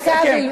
דקה.